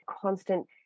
constant